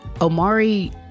Omari